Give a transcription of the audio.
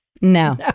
No